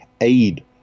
aid